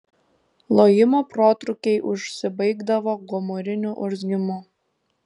lojimo protrūkiai užsibaigdavo gomuriniu urzgimu